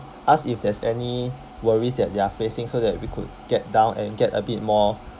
ask if there's any worries that they're facing so that we could get down and get a bit more